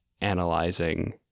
analyzing